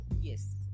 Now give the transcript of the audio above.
yes